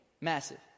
Massive